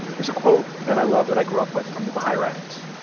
there's a quote that i love that i grew up with from the baha'i writings.